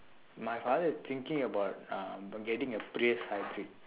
my father is thinking about uh for getting a prius hybrid